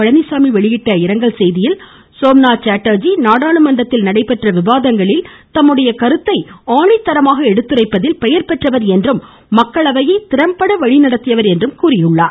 பழனிச்சாமி வெளியிட்டுள்ள இரங்கல் செய்தியில் சோம்நாத் சாட்டர்ஜி நாடாளுமன்றத்தில் நடைபெற்ற விவாதங்களை தன்னுடைய கருத்தை ஆனித்தரமாக எடுத்துரைப்பதில் பெயர் பெற்றவர் என்றும் மக்களவையை திறம்பட வழி நடத்தியவர் என்றும் குறிப்பிட்டுள்ளார்